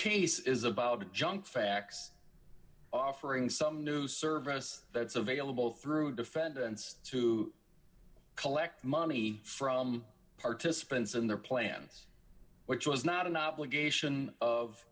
case is about a junk fax offering some new service that's available through defendants to collect money from participants in their plans which was not an obligation of